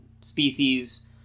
species